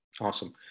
Awesome